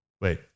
Wait